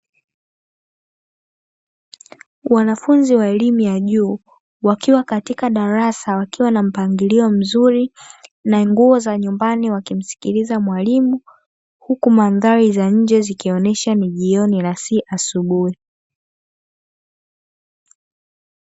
Wanafunzi wa elimu ya juu. Wakiwa katika darasa wakiwa na mpangilio mzuri na nguo za nyumbani, wakimsikiliza mwalimu huku mandhari za nje zikionyesha ni jioni na si asubuhi.